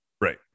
Right